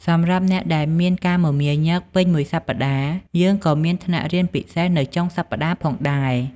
សម្រាប់អ្នកដែលមានការមមាញឹកពេញមួយសប្តាហ៍ យើងក៏មានថ្នាក់រៀនពិសេសនៅចុងសប្តាហ៍ផងដែរ។